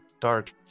dark